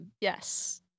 yes